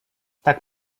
tak